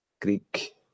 Greek